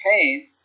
pain